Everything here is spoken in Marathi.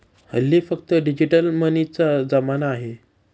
हल्ली फक्त डिजिटल मनीचा जमाना आहे